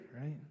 right